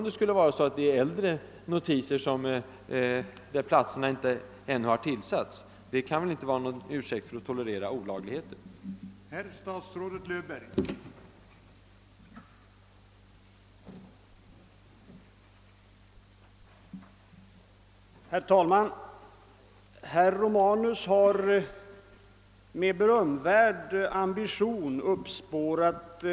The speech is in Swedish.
Det förhållandet att platserna ännu inte blivit tillsatta kan inte vara någon ursäkt för att olagligheter tolereras.